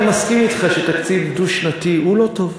אני מסכים אתך שתקציב דו-שנתי הוא לא טוב.